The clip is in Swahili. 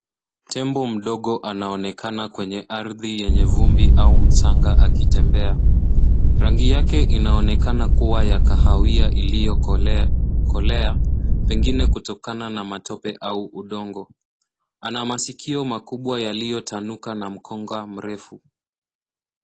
Tembo mdogo anaonekana kwenye ardhi yenye vumbi au mchanga akitembea. Rangi yake inaonekana kuwa ya kahawia iliyokolea pengine kutokana na matope au udongo. Ana masikio makubwa yaliyotanuka na mkonga mrefu.